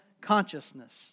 consciousness